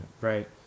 right